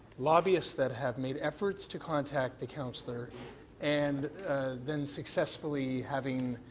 lobbyists that have made efforts to contact the counsellor and then successfully having